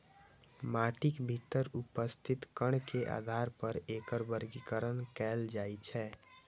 माटिक भीतर उपस्थित कण के आधार पर एकर वर्गीकरण कैल जाइ छै